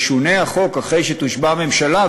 אחרי שתושבע הממשלה,